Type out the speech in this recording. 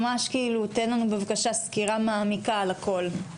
תן לנו בבקשה סקירה מעמיקה על הכול.